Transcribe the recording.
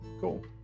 Cool